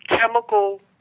chemical